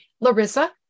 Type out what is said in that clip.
Larissa